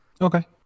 Okay